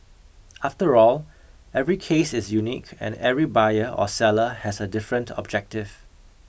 after all every case is unique and every buyer or seller has a different objective